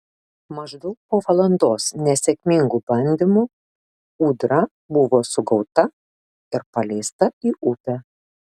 maždaug po valandos nesėkmingų bandymų ūdra buvo sugauta ir paleista į upę